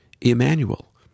Emmanuel